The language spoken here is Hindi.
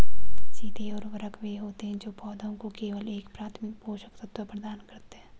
सीधे उर्वरक वे होते हैं जो पौधों को केवल एक प्राथमिक पोषक तत्व प्रदान करते हैं